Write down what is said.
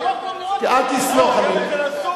אל תסמוך עליהן.